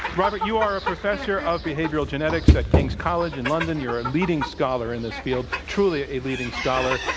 robert, you are a professor of behavioral genetics at king's college in london. you're a leading scholar in this field, truly a leading scholar.